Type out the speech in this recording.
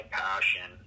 passion